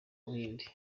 buhinde